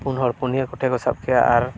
ᱯᱩᱱ ᱦᱚᱲ ᱯᱩᱱᱤᱭᱟᱹ ᱠᱚᱴᱷᱮ ᱥᱟᱵ ᱠᱮᱜᱼᱟ ᱟᱨ